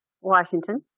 Washington